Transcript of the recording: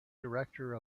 director